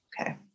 Okay